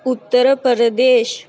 Uttar Pradesh